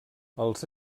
els